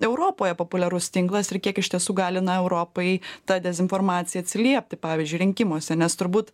europoje populiarus tinklas ir kiek iš tiesų gali na europai ta dezinformacija atsiliepti pavyzdžiui rinkimuose nes turbūt